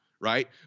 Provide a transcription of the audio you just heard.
right